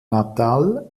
natal